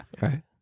Right